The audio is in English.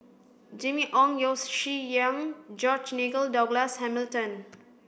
Jimmy Ong Yeo Shih Yun George Nigel Douglas Hamilton